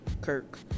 Kirk